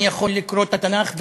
אני יכול לקרוא את התנ"ך,